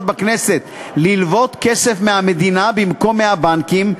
בכנסת ללוות כסף מהמדינה במקום מהבנקים,